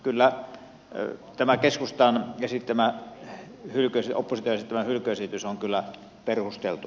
kyllä tämä opposition esittämä hylkyesitys on perusteltu